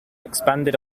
expanded